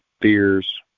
fears